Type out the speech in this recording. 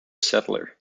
settler